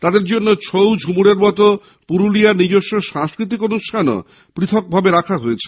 তাদের জন্য ছৌ ঝুমুরের মতো পুরুলিয়ার নিজস্ব সাংস্কৃতিক অনুষ্ঠানের ব্যবস্থা করা হয়েছে